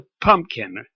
pumpkin